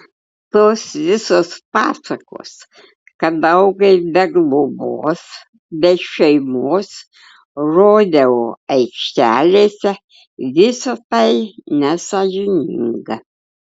tos visos pasakos kad augai be globos be šeimos rodeo aikštelėse visa tai nesąžininga